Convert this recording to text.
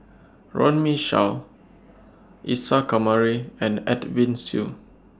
Runme Shaw Isa Kamari and Edwin Siew